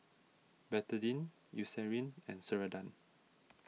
Betadine Eucerin and Ceradan